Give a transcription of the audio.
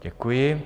Děkuji.